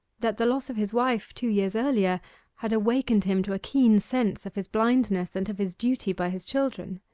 that the loss of his wife two years earlier had awakened him to a keen sense of his blindness, and of his duty by his children.